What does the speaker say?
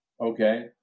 okay